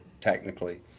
technically